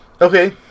Okay